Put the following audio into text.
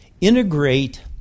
integrate